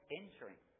entering